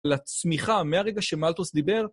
לצמיחה מהרגע שמלטוס דיבר.